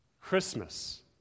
Christmas